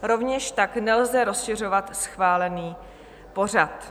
Rovněž tak nelze rozšiřovat schválený pořad.